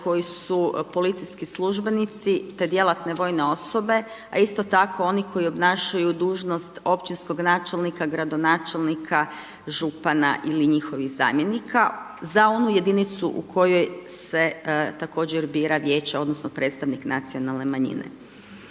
koji su policijski službenici te djelatne vojne osobe a isto tako oni koji obnašaju dužnost općinskog načelnika, gradonačelnika, župana ili njihovih zamjenika za onu jedinicu u kojoj se također bira vijeće odnosno predstavnik nacionalne manjine.